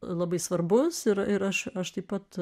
labai svarbus ir ir aš aš taip pat